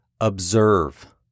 observe